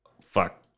Fuck